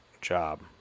job